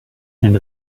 and